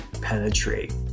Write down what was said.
penetrate